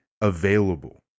available